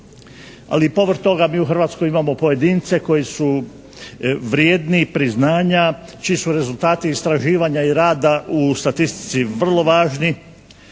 Ali povrh toga mi u Hrvatskoj imamo pojedince koji su vrijedni priznanja, čiji su rezultati istraživanja i rada u statistici vrlo važni.